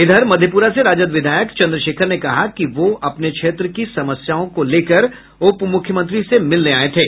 इधर मधेप्रा से राजद विधायक चन्द्रशेखर ने कहा कि वो अपने क्षेत्र की समस्याओं को लेकर उप मुख्यमंत्री से मिलने आये थे